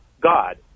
god